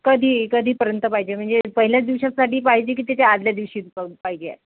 कधी कधीपर्यंत पाहिजे म्हणजे पहिल्याच दिवसासाठी पाहिजे की त्याच्या आधल्या दिवशी पण पाहिजे आहे